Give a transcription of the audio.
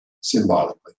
symbolically